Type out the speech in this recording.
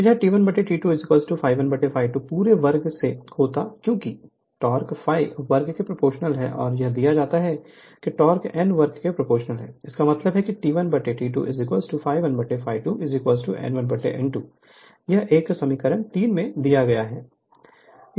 तो यह T1T2 ∅1 ∅2 पूरे वर्ग से होगा क्योंकि टोक़ ∅ वर्ग के प्रोपोर्शनल है और यह दिया जाता है कि टोक़ n वर्ग के प्रोपोर्शनल है इसका मतलब है कि T1 T2 ∅1∅22 n1 n22 यह एक समीकरण 3 में दिया गया है